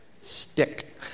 stick